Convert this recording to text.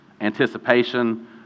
anticipation